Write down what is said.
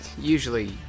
usually